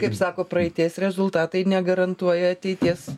kaip sako praeities rezultatai negarantuoja ateities